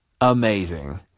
Amazing